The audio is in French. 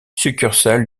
succursale